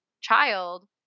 child